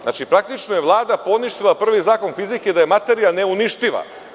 Znači, praktično je Vlada poništila prvim zakonom fizike da je materija neuništiva.